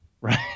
right